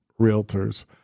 Realtors